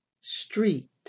Street